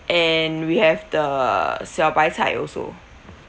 and we have the 小白菜 also